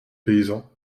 paysan